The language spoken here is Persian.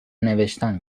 نوشتن